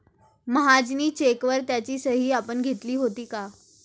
महाजनी चेकवर त्याची सही आपण घेतली होती का?